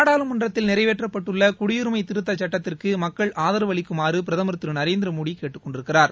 நாடாளுமன்றத்தில் நிறைவேற்றப்பட்டுள்ள குடியுரிமை சுட்டத்திற்கு மக்கள் திருத்த ஆதரவளிக்குமாறு பிரதமர் திரு நரேந்திர மோடி கேட்டுக் கொண்டிருக்கிறார்